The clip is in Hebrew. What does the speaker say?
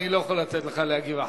אני לא יכול לתת לך להגיב אחריו.